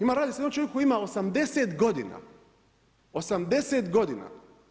Ima radi se o jednom čovjeku koji ima 80 godina, 80 godina.